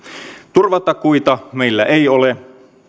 turvatakuita meillä ei ole